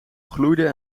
gloeide